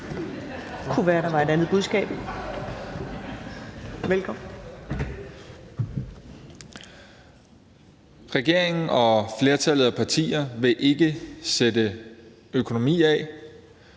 Regeringen og flertallet af partier vil ikke sætte økonomi af